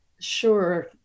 Sure